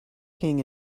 king